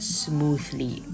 smoothly